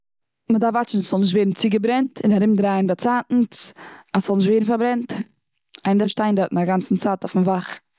מידארף וואטשן אז ס'זאל נישט ווערן צוגעברענט, און ארום דרייען באצייטנס, אז סיזאל נישט ווערן פארברענט. איינער דארף שטיין דארטן א גאנצע צייט אויפן וואך.